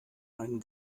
einen